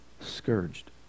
scourged